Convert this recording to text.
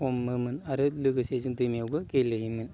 हमोमोन आरो लोगोसे जों दैमायावबो गेलेयोमोन